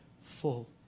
full